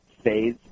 phase